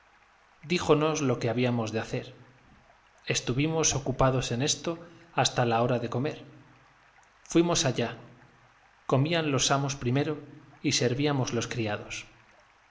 duró más díjonos lo que habíamos de hacer estuvimos ocupados en esto hasta la hora de comer fuimos allá comían los amos primero y servíamos los criados el